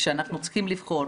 כשאנחנו צריכים לבחור,